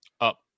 Up